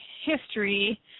history